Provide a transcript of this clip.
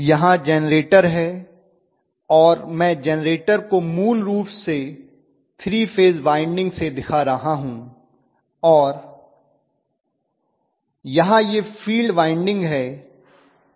यहां जेनरेटर है और मैं जेनरेटर को मूल रूप से 3 फेज वाइंडिंग से दिखा रहा हूँ और यहाँ यह फील्ड वाइंडिंग है